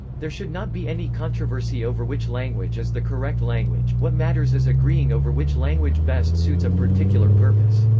there should not be any controversy over which language is the correct language what matters is agreeing over which language best suits a particular purpose.